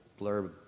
blurb